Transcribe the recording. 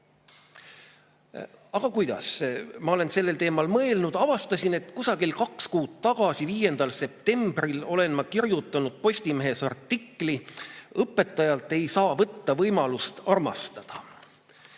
pool kaob. Ma olen sellel teemal mõelnud ja avastasin, et kusagil kaks kuud tagasi, 5. septembril olen ma kirjutanud Postimehes artikli "Õpetajatelt ei tohi võtta võimalust armastada".